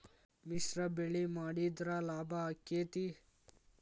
ಮಿಶ್ರ ಬೆಳಿ ಮಾಡಿದ್ರ ಲಾಭ ಆಕ್ಕೆತಿ?